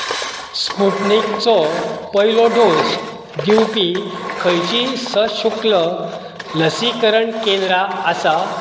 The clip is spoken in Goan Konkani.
स्पुटनिकचो पयलो डोज दिवपी खंयचींय सशुक्ल लसीकरण केंद्रां आसा